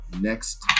next